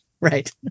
Right